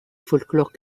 folklore